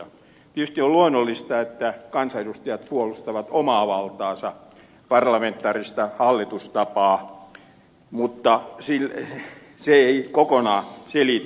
tietysti on luonnollista että kansanedustajat puolustavat omaa valtaansa parlamentaarista hallitustapaa mutta se ei kokonaan selitä asiaa